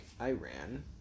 Iran